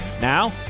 Now